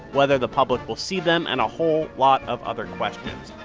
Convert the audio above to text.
whether the public will see them and a whole lot of other questions.